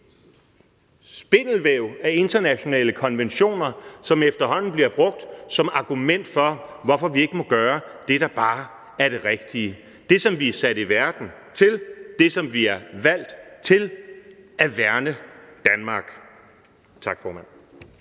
spindelvæv af internationale konventioner, som efterhånden bliver brugt som argument for, hvorfor vi ikke må gøre det, der bare er det rigtige, det, som vi er sat i verden for, det, som vi er valgt til, nemlig at værne Danmark? Tak, formand.